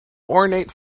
ornate